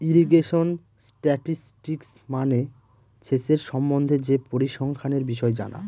irrigation statistics মানে সেচের সম্বন্ধে যে পরিসংখ্যানের বিষয় জানা